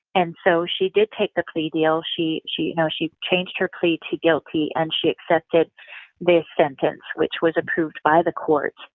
and so she did take the plea deal. she she you know changed her plea to guilty and she accepted this sentence, which was approved by the court.